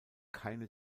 keine